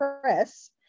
Press